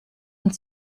und